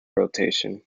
rotation